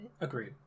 agreed